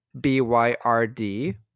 B-Y-R-D